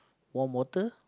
warm water